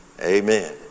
Amen